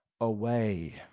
away